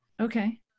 Okay